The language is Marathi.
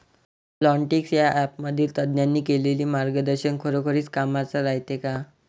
प्लॉन्टीक्स या ॲपमधील तज्ज्ञांनी केलेली मार्गदर्शन खरोखरीच कामाचं रायते का?